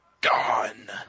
Gone